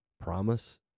promise